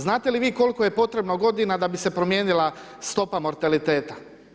Znate li vi koliko je potrebno godina da bi se promijenila stopa mortaliteta?